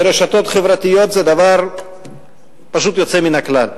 רשתות חברתיות הן דבר פשוט יוצא מן הכלל.